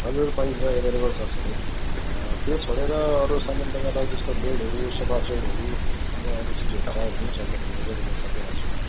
हजुर पाइन्छ एभाइलेबल छ सबै त्यो छोडेर अरू सामान तपाईँलाई जस्तै बेडहरू सोफा सेटहरू अन्य अरू चिजहरू चाहियो भने पनि छ मेरोमा एभाइलेबल सबै राख्छु म